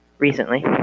recently